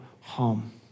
home